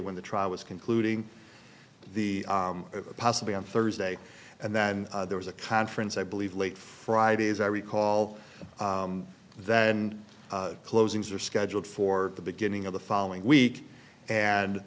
when the trial was concluding the possibly on thursday and then there was a conference i believe late friday as i recall that and closings are scheduled for the beginning of the following week and